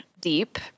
deep